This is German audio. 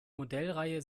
modellreihe